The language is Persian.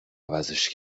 عوضش